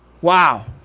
Wow